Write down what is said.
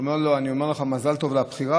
הוא אמר לו: אני אומר לך מזל טוב על הבחירה,